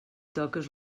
toques